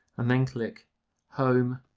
and then click home,